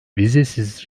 vizesiz